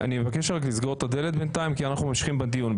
אני מבקש לסגור את הדלת בינתיים כי אנחנו ממשיכים בדיון.